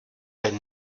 ten